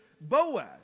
Boaz